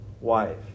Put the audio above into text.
wife